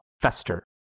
Fester